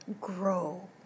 grow